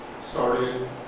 started